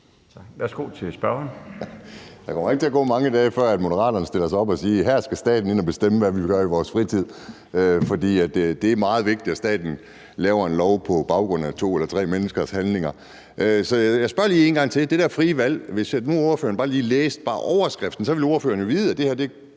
Edberg Andersen (NB): Der kommer ikke til at gå mange dage, før Moderaterne stiller sig op og siger: Her skal staten ind og bestemme, hvad vi vil gøre i vores fritid, for det er meget vigtigt, at staten laver en lov på baggrund af to eller tre menneskers handlinger. Så jeg spørger lige en gang til i forhold til det der frie valg. Hvis nu ordføreren bare lige læste overskriften, ville ordføreren vide, at det her jo